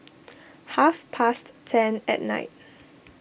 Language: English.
half past ten at night